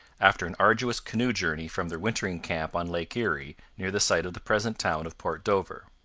after an arduous canoe journey from their wintering camp on lake erie, near the site of the present town of port dover.